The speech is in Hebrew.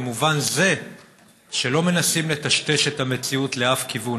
במובן זה שלא מנסים לטשטש את המציאות לשום כיוון,